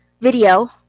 video